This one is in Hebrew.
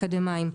והאקדמאים.